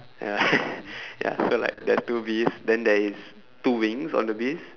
ya ya so like there's two bees then there is two wings on the bees